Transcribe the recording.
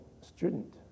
student